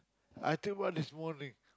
I take one this morning